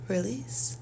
Release